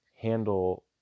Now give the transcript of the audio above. handle